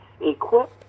Equip